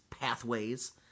pathways